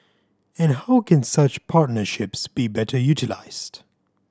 and how can such partnerships be better utilised